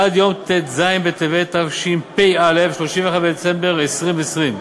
עד יום ט"ז בטבת התשפ"א, 31 בדצמבר 2020,